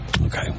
Okay